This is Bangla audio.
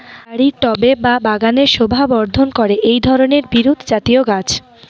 বাড়ির টবে বা বাগানের শোভাবর্ধন করে এই ধরণের বিরুৎজাতীয় গাছ